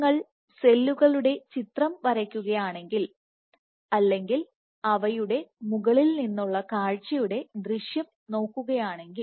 നിങ്ങൾ സെല്ലുകളുടെ ചിത്രം വയ്ക്കുകയാണെങ്കിൽ അല്ലെങ്കിൽ അവയുടെ മുകളിൽ നിന്നുള്ള കാഴ്ചയുടെ ദൃശ്യം നോക്കുകയാണെങ്കിൽ